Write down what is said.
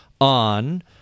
on